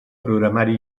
programari